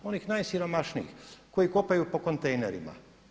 Onih najsiromašnijih koji kopaju po kontejnerima.